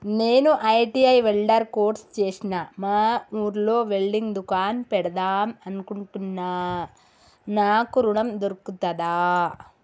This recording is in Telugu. నేను ఐ.టి.ఐ వెల్డర్ కోర్సు చేశ్న మా ఊర్లో వెల్డింగ్ దుకాన్ పెడదాం అనుకుంటున్నా నాకు ఋణం దొర్కుతదా?